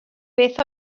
beth